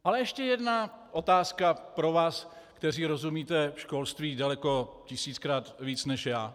Ale ještě jedna otázka pro vás, kteří rozumíte školství daleko tisíckrát víc než já.